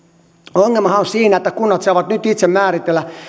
ongelmahan on siinä että kunnat saavat nyt itse määritellä